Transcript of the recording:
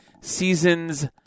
Seasons